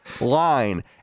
line